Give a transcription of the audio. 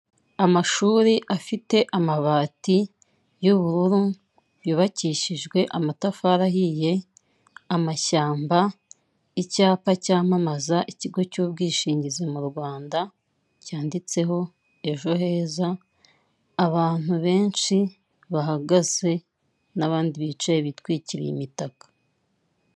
Amashuri afite amabati y'ubururu yubakishijwe amatafari ahiye, amashyamba, icyapa cyamamaza ikigo cy'ubwishingizi mu Rwanda cyanditse ho EjoHeza, abantu benshi bahagaze n'bandi bicaye bitwikiriye imitaka.